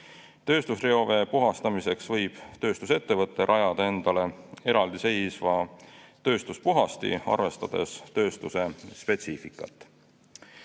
Tööstusreovee puhastamiseks võib tööstusettevõte rajada endale eraldiseisva tööstuspuhasti, arvestades tööstuse spetsiifikat.